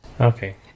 Okay